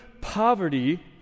poverty